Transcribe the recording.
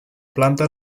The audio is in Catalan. planta